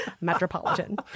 Metropolitan